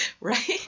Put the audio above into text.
Right